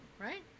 right